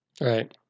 Right